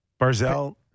Barzell